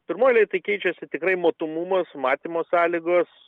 pirmoj eilėj tai keičiasi tikrai matomumas matymo sąlygos